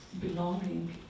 belonging